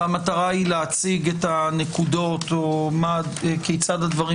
והמטרה היא להציג את הנקודות או כיצד הדברים